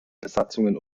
besatzungen